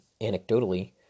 anecdotally